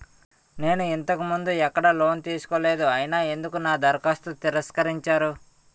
నేను ఇంతకు ముందు ఎక్కడ లోన్ తీసుకోలేదు అయినా ఎందుకు నా దరఖాస్తును తిరస్కరించారు?